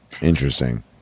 interesting